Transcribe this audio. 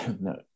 No